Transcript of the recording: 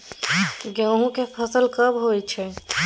गेहूं के फसल कब होय छै?